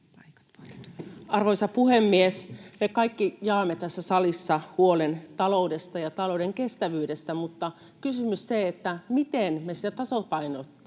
Arvoisa puhemies! Me kaikki jaamme tässä salissa huolen taloudesta ja talouden kestävyydestä, mutta kysymys siitä, miten me sitä tasapainottaisimme,